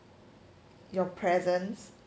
your presence